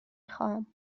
خواهم